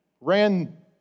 ran